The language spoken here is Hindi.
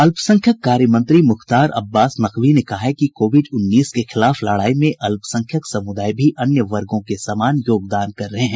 अल्पसंख्यक कार्य मंत्री मुख्तार अब्बास नकवी ने कहा है कि कोविड उन्नीस के खिलाफ लड़ाई में अल्पसंख्यक समूदाय भी अन्य वर्गों के समान योगदान कर रहे हैं